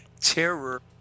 terror